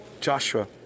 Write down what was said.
Joshua